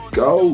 go